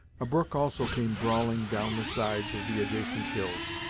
a brook also came brawling down the sides of the adjacent hills,